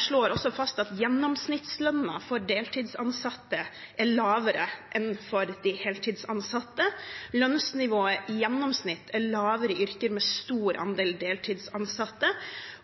slår også fast at gjennomsnittslønnen for deltidsansatte er lavere enn for de heltidsansatte. Lønnsnivået i gjennomsnitt er lavere i yrker med stor andel deltidsansatte.